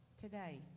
today